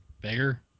bigger